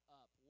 up